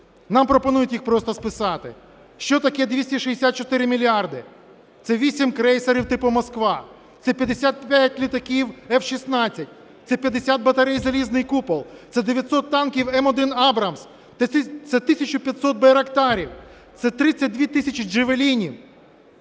нам пропонують їх просто списати. Що таке 264 мільярди? Це 8 крейсерів типу "Москва", це 55 літаків F-16, це 50 батарей "Залізний купол", це 900 танків М1 "Абрамс", це 1500 байрактарів, це 32 тисячі джавелінів.